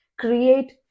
create